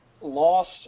lost